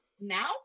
now